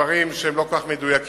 בדברים שהם לא כל כך מדויקים,